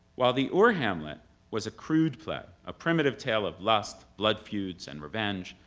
while the ur-hamlet was a crude play, a primitive tale of lust, blood feuds, and revenge,